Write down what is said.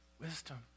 Wisdom